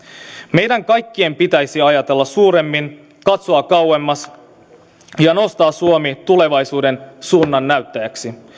meidän kaikkien pitäisi ajatella suuremmin katsoa kauemmas ja nostaa suomi tulevaisuuden suunnannäyttäjäksi